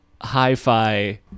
hi-fi